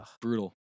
Brutal